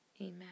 amen